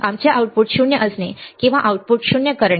आमचे आउटपुट 0 असणे किंवा आउटपुट शून्य करणे